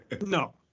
No